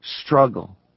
struggle